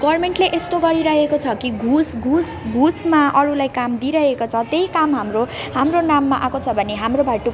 गभर्मेन्टले यस्तो गरिरहेको छ कि घुस घुस घुसमा अरूलाई काम दिइरहेको छ त्यही काम हाम्रो हाम्रो नाममा आएको छ भने हाम्रोबाट